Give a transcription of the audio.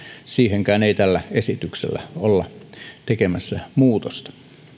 siihenkään ei tällä esityksellä olla tekemässä muutosta